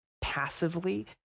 passively